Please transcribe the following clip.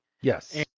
Yes